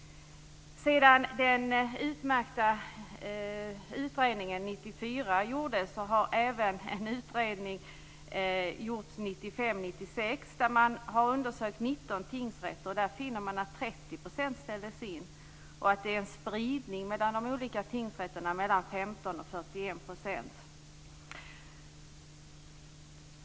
Sedan den utmärkta utredningen gjordes 1994 har även en utredning gjorts under 1995-1996 där man har undersökt 19 tingsrätter. Där finner man att 30 % av målen ställdes in och att det är en spridning mellan de olika tingsrätterna på 15-41 % när det gäller inställda mål.